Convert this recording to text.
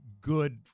good